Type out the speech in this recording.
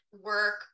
work